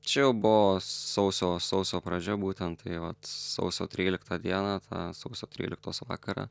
čia jau buvo sausio sausio pradžia būtent tai vat sausio tryliktą dieną tą sausio tryliktos vakarą